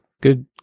Good